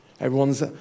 Everyone's